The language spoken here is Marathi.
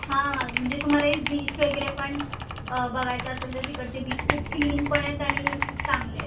हां हां म्हणजे तुम्हालाही बीच वगैरे पण बघायचा असेल तर तिकडचे बीच खूप क्लीन पण आहेत आणि चांगले आहेत